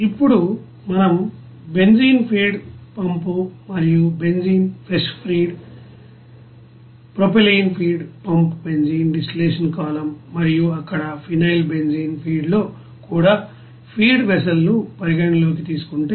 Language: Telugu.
ఇప్పుడు మనం బెంజీన్ ఫీడ్ పంప్ మరియు benzene fresh feed propylene feed pump benzene distillation column మరియు అక్కడ ఫినైల్ బెంజీన్ ఫీడ్ లో కూడా ఫీడ్ వెసల్ ను పరిగణనలోకి తీసుకుంటే